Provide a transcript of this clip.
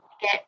get